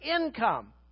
income